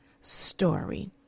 story